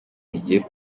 rigiye